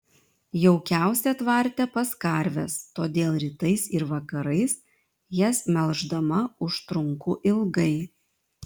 jaukiausia tvarte pas karves todėl rytais ir vakarais jas melždama užtrunku ilgai